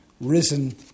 risen